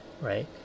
right